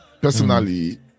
personally